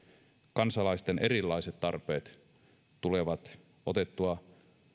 kansalaisten erilaiset tarpeet tulevat otettua